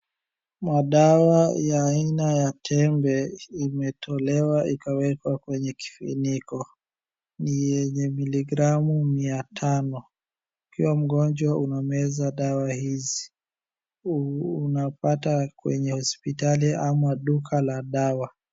Madawa ya aina ya tembe, imetolewa ikawekwa kwenye kifuniko. Ni yenye miligramu mia tano. Ukiwa mgonjwa unameza dawa hizi, unapata kwenye hospitali ama duka la dawa.